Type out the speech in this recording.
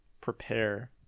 prepare –